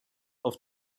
auf